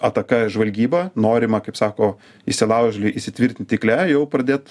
ataka ir žvalgyba norima kaip sako įsilaužėliui įsitvirtint tinkle jau pradėt